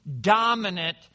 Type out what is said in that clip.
dominant